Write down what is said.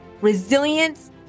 resilience